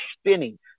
spinning